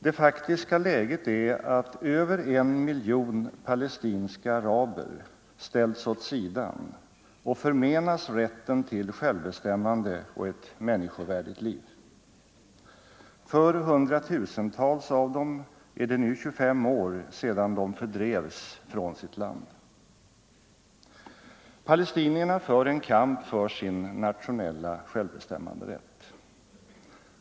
Det faktiska läget är att över 1 miljon palestinska araber ställts åt sidan och förmenats rätten till självbestämmande och ett människovärdigt liv. För hundratusentals av dem är det nu 25 år sedan de fördrevs från sitt land. Palestinierna för en kamp för sin nationella självbestämmanderätt.